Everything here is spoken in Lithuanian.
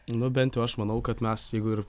nu bent jau aš manau kad mes jeigu ir